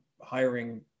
hiring